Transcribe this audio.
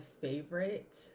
favorite